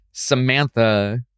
Samantha